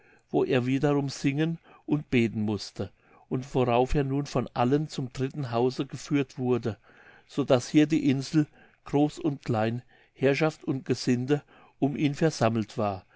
wo er wiederum singen und beten mußte und worauf er nun von allen zum dritten hause geführt wurde so daß hier die insel groß und klein herrschaft und gesinde um ihn versammelt war